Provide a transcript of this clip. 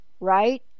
right